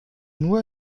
nur